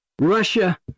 Russia